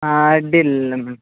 ಹಾಂ ಅಡ್ಡಿಲ್ಲ ಮ್ಯಾಮ್